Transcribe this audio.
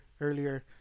earlier